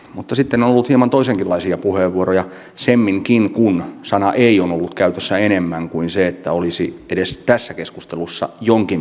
mutta sitten on ollut hieman toisenkinlaisia puheenvuoroja semminkin kun sana ei on ollut käytössä enemmän kuin se että olisi edes tässä keskustelussa jonkin verran yritetty